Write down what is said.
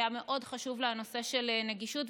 היה מאוד חשוב לה נושא הנגישות,